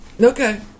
Okay